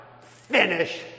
finish